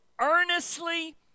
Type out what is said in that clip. earnestly